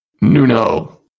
Nuno